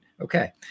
okay